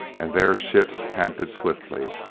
and there ships canted swiftly,